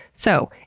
so,